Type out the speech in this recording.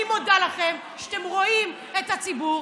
אני מודה לכם שאתם רואים את הציבור,